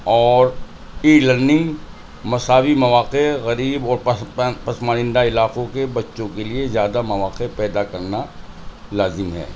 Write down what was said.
اور e learning مساوی مواقع غریب اور پسماندہ علاقوں کے بچوں کے لیے زیادہ مواقع پیدا کرنا لازم ہے